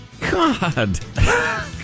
God